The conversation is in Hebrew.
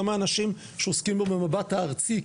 גם האנשים שעוסקים במבט הארצי,